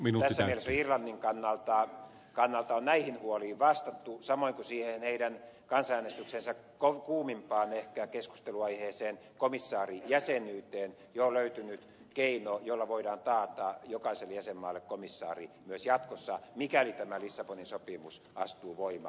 tässä mielessä irlannin kannalta on näihin huoliin vastattu ja samoin siihen irlannin kansanäänestyksen ehkä kuumimpaan keskusteluaiheeseen komissaarijäsenyyteen on jo löytynyt keino jolla voidaan taata jokaiselle jäsenmaalle komissaari myös jatkossa mikäli tämä lissabonin sopimus astuu voimaan